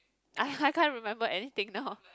I I can't remember anything now